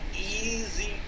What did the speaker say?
easy